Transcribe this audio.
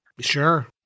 sure